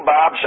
Bob